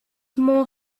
more